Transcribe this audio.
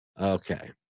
Okay